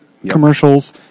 commercials